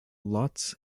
lots